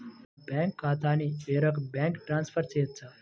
నా బ్యాంక్ ఖాతాని వేరొక బ్యాంక్కి ట్రాన్స్ఫర్ చేయొచ్చా?